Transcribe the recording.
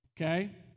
Okay